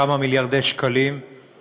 כמה מיליארדי שקלים,